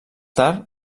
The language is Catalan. tard